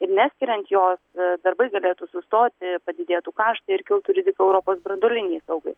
ir neskiriant jos darbai galėtų sustoti padidėtų kaštai ir kiltų rizika europos branduolinei saugai